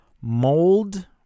Mold